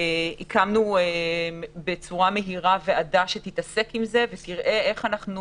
הקמנו בצורה מהירה ועדה שתתעסק עם זה ותראה איך אנחנו